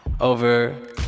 over